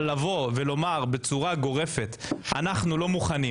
לבוא ולומר בצורה גורפת "אנחנו לא מוכנים"